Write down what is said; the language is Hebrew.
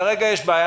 כרגע יש בעיה.